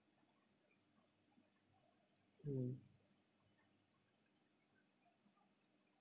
mm